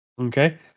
Okay